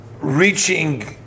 reaching